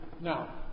Now